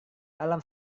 alam